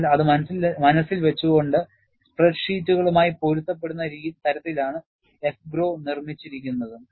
അതിനാൽ അത് മനസ്സിൽ വച്ചുകൊണ്ട് സ്പ്രെഡ്ഷീറ്റുകളുമായി പൊരുത്തപ്പെടുന്ന തരത്തിലാണ് AFGROW നിർമ്മിച്ചിരിക്കുന്നത്